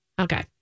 Okay